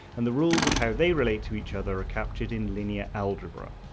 and the rules of how they relate to each other are captured in linear algebra.